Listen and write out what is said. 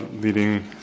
leading